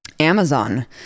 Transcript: Amazon